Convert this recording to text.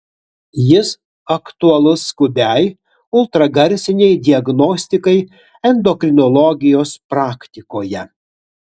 jis aktualus skubiai ultragarsinei diagnostikai endokrinologijos praktikoje